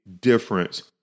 difference